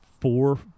four